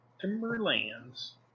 Timberlands